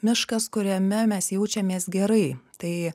miškas kuriame mes jaučiamės gerai tai